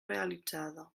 realitzada